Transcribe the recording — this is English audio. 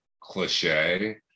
cliche